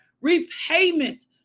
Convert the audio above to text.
repayment